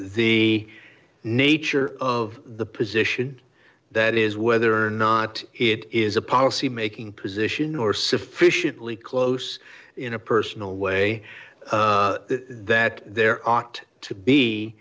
the nature of the position that is whether or not it is a policy making position or sufficiently close in a personal way that there ought to be